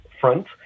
front